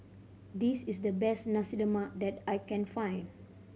this is the best Nasi Lemak that I can find